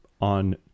on